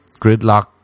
gridlock